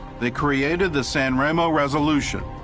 they created the san ramo resolution,